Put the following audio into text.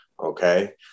Okay